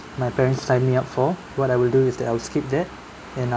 my parents signed me up for what I will do is that I'll skip that and I